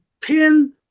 pin